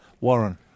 Warren